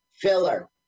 Filler